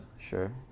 Sure